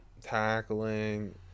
tackling